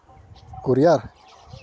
courier